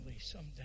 someday